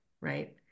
right